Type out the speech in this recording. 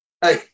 Hey